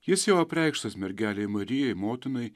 jis jau apreikštas mergelei marijai motinai